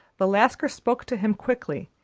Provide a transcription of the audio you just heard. the lascar spoke to him quickly,